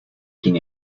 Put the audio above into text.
quién